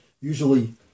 usually